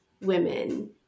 women